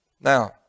Now